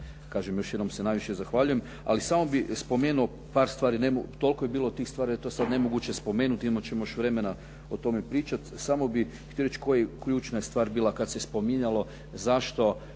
Kažem, još jednom se najviše zahvaljujem. Ali samo bih spomenuo par stvari. Naime, toliko je bilo tih stvari da je to sad nemoguće spomenuti. Imat ćemo još vremena o tome pričati. Samo bih htio reći koja je ključna stvar kada se spominjalo zašto